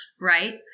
right